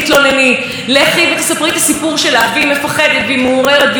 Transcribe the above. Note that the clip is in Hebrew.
ואומרת הבת: אבל אימא, תלכי, וזאת התוצאה.